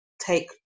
take